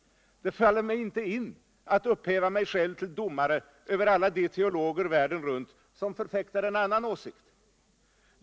Det faller mig inte in att upphöja mig till domare över alla de teologer världen runt som förfäktar cn annan mening.